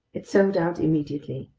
it sold out immediately.